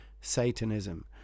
Satanism